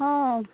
ହଁ